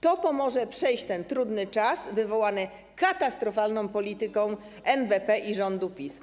To pomoże przejść ten trudny czas wywołany katastrofalną polityką NBP i rządu PiS.